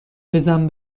بزن